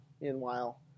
meanwhile